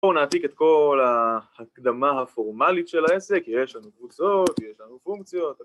בואו נעתיק את כל ההקדמה הפורמלית של העסק, יש לנו קבוצות, יש לנו פונקציות